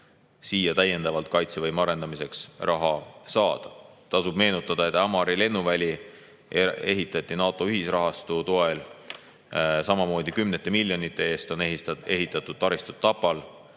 siia kaitsevõime arendamiseks raha juurde saada. Tasub meenutada, et Ämari lennuväli ehitati NATO ühisrahastu toel, samamoodi on kümnete miljonite eest ehitatud taristut Tapal,